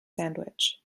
sandwich